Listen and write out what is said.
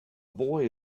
boy